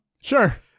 Sure